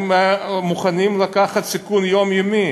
הם מוכנים לקחת סיכון יומיומי,